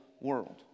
world